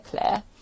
clear